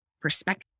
perspective